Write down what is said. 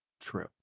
True